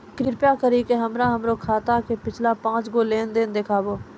कृपा करि के हमरा हमरो खाता के पिछलका पांच गो लेन देन देखाबो